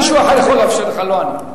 מישהו אחר יכול לאפשר לך, לא אני.